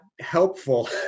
Helpful